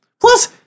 Plus